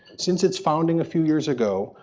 since its founding a few years ago,